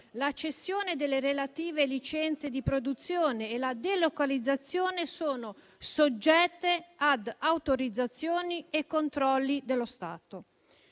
la cessione delle relative licenze di produzione e la delocalizzazione sono soggette ad autorizzazioni e controlli dello Stato.